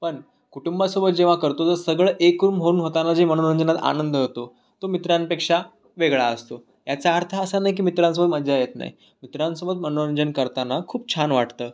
पण कुटुंबासोबत जेव्हा करतो तर सगळं एकरूप होऊन होताना जे मनोरंजनात आनंद होतो तो मित्रांपेक्षा वेगळा असतो याचा अर्थ असा नाही की मित्रांसोबत मज्जा येत नाही मित्रांसोबत मनोरंजन करताना खूप छान वाटतं